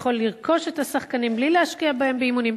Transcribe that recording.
יכול לרכוש את השחקנים בלי להשקיע בהם באימונים.